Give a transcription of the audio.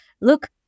Look